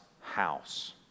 house